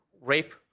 Rape